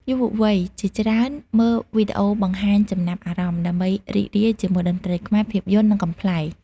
យុវវ័យជាច្រើនមើលវីដេអូបង្ហាញចំណាប់អារម្មណ៍ ដើម្បីរីករាយជាមួយតន្ត្រីខ្មែរ ភាពយន្ត និងកំប្លែង។